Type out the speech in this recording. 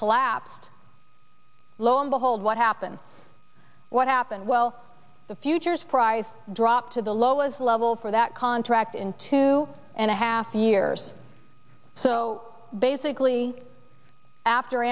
collapsed lo and behold what happened what happened well the futures price dropped to the lowest level for that contract in two and a half years so basically after